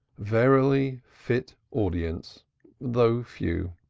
verily, fit audience though few.